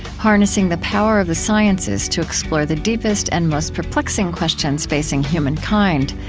harnessing the power of the sciences to explore the deepest and most perplexing questions facing human kind.